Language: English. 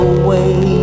away